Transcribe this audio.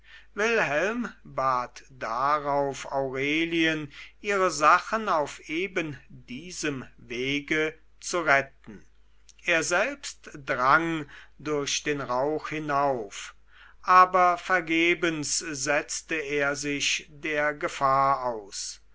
wilhelm bat darauf aurelien ihre sachen auf eben diesem wege zu retten er selbst drang durch den rauch hinauf aber vergebens setzte er sich der gefahr aus